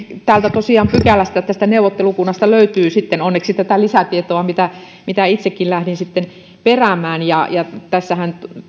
pykälästä tosiaan tästä neuvottelukunnasta löytyy sitten onneksi lisätietoa mitä mitä itsekin lähdin peräämään tässähän